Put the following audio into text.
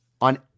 on